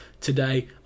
today